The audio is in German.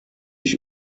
ich